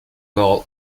goal